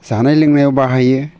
जानाय लोंनायाव बाहायो